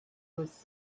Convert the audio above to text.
was